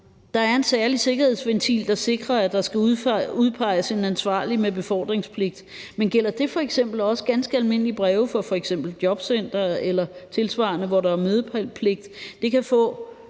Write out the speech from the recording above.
Der er en særlig sikkerhedsventil, der sikrer, at der skal udpeges en ansvarlig med befordringspligt, men gælder det f.eks. også ganske almindelige breve fra f.eks. jobcenteret eller tilsvarende, hvor der er mødepligt? Det kan få